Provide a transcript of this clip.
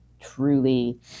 truly